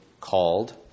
called